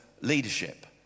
leadership